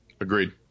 Agreed